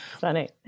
Funny